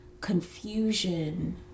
confusion